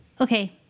okay